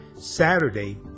Saturday